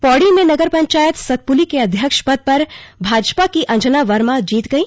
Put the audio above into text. पौड़ी में नगर पंचायत सतपुली के अध्यक्ष पद पर भाजपा की अंजना वर्मा जीत गई